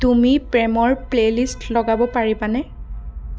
তুমি প্ৰেমৰ playlist লগাব পাৰিবানে